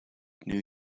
new